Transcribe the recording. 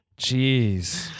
Jeez